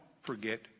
forget